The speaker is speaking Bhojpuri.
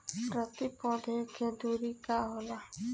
प्रति पौधे के दूरी का होला?